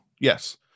yes